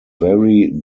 very